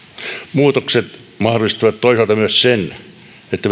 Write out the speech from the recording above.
muutokset mahdollistavat toisaalta myös sen että